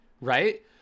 right